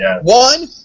One